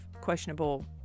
questionable